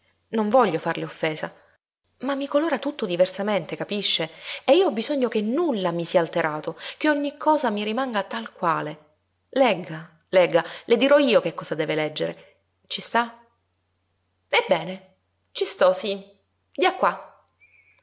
non voglio farle offesa ma mi colora tutto diversamente capisce e io ho bisogno che nulla mi sia alterato che ogni cosa mi rimanga tal quale legga legga le dirò io che cosa deve leggere ci sta ebbene ci sto sí dia qua